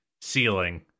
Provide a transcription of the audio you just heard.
ceiling